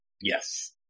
Yes